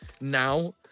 now